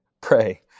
Pray